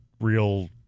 real